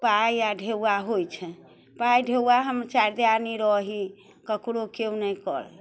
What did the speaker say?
पाइ आओर ढ़ेउआ होइ छै पाइ ढ़ेउआ हम चारि दियादनी रही ककरो केओ नहि करै